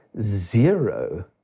zero